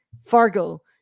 Fargo